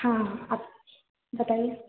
हाँ आप बताइये